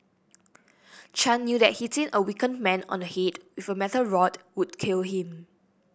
Chan knew that hitting a weakened man on head with a metal rod would kill him